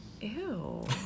Ew